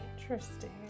interesting